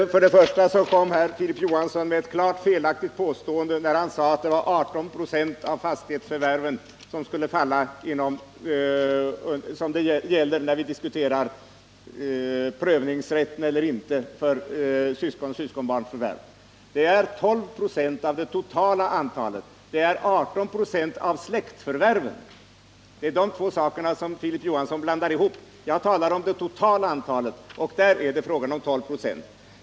Herr talman! Först och främst kom Filip Johansson med ett klart felaktigt påstående, när han sade att det var 18 96 av fastighetsförvärven det gäller när vi diskuterar prövningsrätt eller inte för syskons och syskonbarns förvärv. Det är 12 96 av det totala antalet, det är 18 96 av släktförvärven. Det är dessa två saker som Filip Johansson blandar ihop. Jag talar om det totala antalet, och där är det fråga om 12 26.